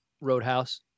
Roadhouse